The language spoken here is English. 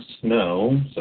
snow